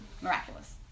Miraculous